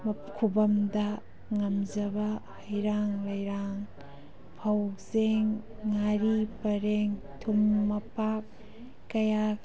ꯈꯨꯕꯝꯗ ꯉꯝꯖꯕ ꯍꯩꯔꯥꯡ ꯂꯩꯔꯥꯡ ꯐꯧ ꯆꯦꯡ ꯉꯥꯔꯤ ꯄꯔꯦꯡ ꯊꯨꯝ ꯃꯄꯥꯛ ꯀꯌꯥ